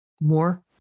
more